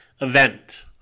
event